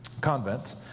convent